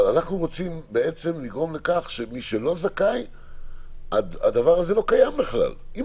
אבל אנחנו רוצים לגרום לכך שמי שלא זכאי לא יוכל בכלל לעשות את זה.